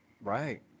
Right